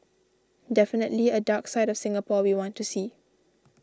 definitely a dark side of Singapore we want to see